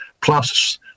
plus